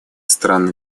стран